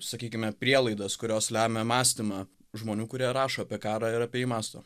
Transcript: sakykime prielaidas kurios lemia mąstymą žmonių kurie rašo apie karą ir apie jį mąsto